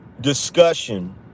discussion